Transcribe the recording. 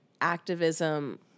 activism